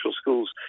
schools